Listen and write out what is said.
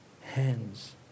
hands